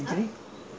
doctor eddy ho